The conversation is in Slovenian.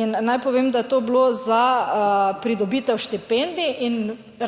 In naj povem, da je to bilo za pridobitev štipendij. In